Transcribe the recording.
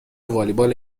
والیبال